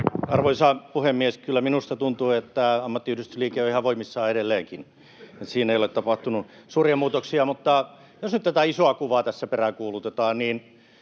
Arvoisa puhemies! Kyllä minusta tuntuu, että ammattiyhdistysliike on ihan voimissaan edelleenkin. Siinä ei ole tapahtunut suuria muutoksia. Jos nyt tätä isoa kuvaa tässä peräänkuulutetaan, niin